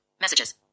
Messages